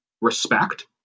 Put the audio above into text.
respect